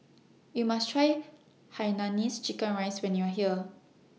YOU must Try Hainanese Chicken Rice when YOU Are here